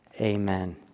Amen